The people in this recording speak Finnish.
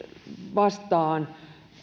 vastaan